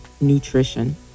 nutrition